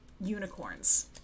Unicorns